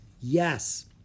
Yes